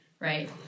right